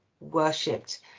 worshipped